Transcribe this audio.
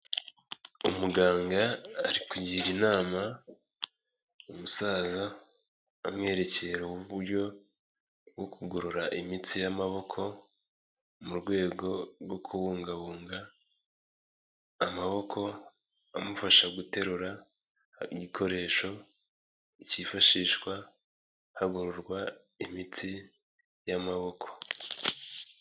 Umuganga ari kugira inama umusaza, amwerekera uburyo bwo kugorora imitsi y'amaboko mu rwego rwo kubungabunga amaboko, amufasha guterura igikoresho cyifashishwa hagororwa imitsi y'amaboko.